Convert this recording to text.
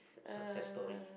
success story